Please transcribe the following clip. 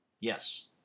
Yes